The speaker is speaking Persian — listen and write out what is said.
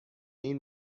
این